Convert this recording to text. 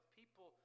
people